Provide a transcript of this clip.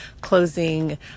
closing